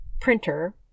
printer